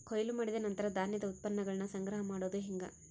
ಕೊಯ್ಲು ಮಾಡಿದ ನಂತರ ಧಾನ್ಯದ ಉತ್ಪನ್ನಗಳನ್ನ ಸಂಗ್ರಹ ಮಾಡೋದು ಹೆಂಗ?